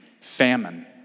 famine